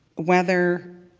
whether